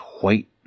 white